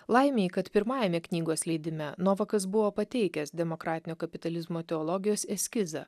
laimei kad pirmajame knygos leidime novakas buvo pateikęs demokratinio kapitalizmo teologijos eskizą